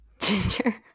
Ginger